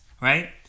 right